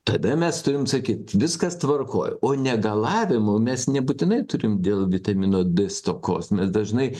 tada mes turim sakyt viskas tvarkoj o negalavimų mes nebūtinai turim dėl vitamino d stokos mes dažnai